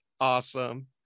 awesome